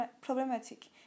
problematic